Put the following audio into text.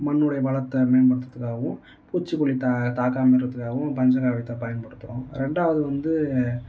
மண்ணிணுடைய வளத்தை மேம்படுத்துகிறதுக்காகவும் பூச்சி கொல்லி தா தாக்கம் இருக்கிறதாகவும் பஞ்சகவ்வியத்தை பயன்படுத்துகிறோம் ரெண்டாவது வந்து